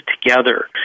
together